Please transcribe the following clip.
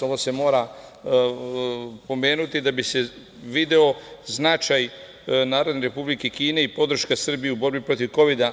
Ovo se mora pomenuti da bi se video značaj Narodne Republike Kine i podrška Srbije u borbi protiv kovida.